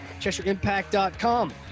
CheshireImpact.com